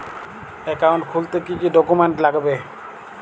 Account খুলতে কি কি ডকুমেন্ট লাগবে?